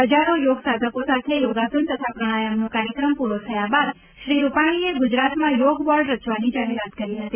હજારો યોગ સાધકો સાથે યોગાસન તથા પ્રાણાયમનો કાર્યક્રમ પુરો થયા બાદ શ્રી રૂપાણીએ ગુજરાતમાં યોગ બોર્ડ રચવાની જાહેરાત કરી હતી